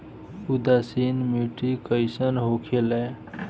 उदासीन मिट्टी कईसन होखेला?